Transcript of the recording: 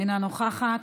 אינה נוכחת,